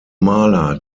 maler